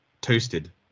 toasted